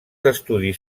estudis